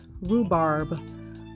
rhubarb